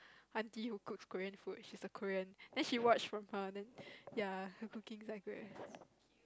aunty who cooks Korean food she's a Korean then she watch from her then ya her cooking is like great